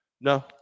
No